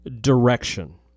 direction